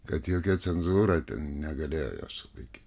kad jokia cenzūra ten negalėjo jo sulaikyt